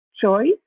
choice